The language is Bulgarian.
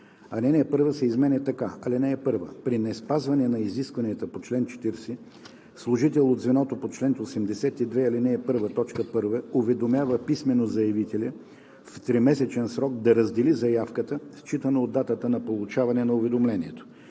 Алинея 1 се изменя така: „(1) При неспазване на изискванията по чл. 40 служител от звеното по чл. 82, ал. 1, т. 1 уведомява писмено заявителя в тримесечен срок да раздели заявката, считано от датата на получаване на уведомлението.